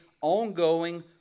ongoing